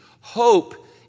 Hope